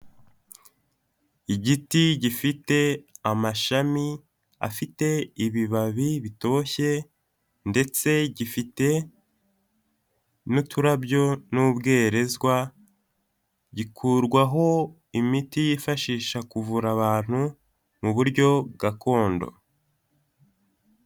Igiti gifite amashami afite ibibabi bitoshye ndetse gifite n'uturabyo n'ubwerezwa, gikurwaho imiti yifashisha kuvura abantu mu buryo gakondo.